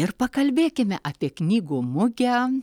ir pakalbėkime apie knygų mugę